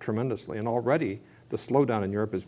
tremendously and already the slowdown in europe is